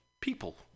people